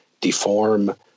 deform